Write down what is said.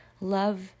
Love